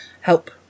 help